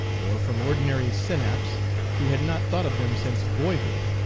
or from ordinary senaps who had not thought of them since boyhood,